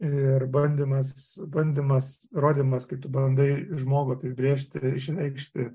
ir bandymas bandymas rodymas kai tu bandai žmogų apibrėžti išreikšti